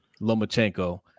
Lomachenko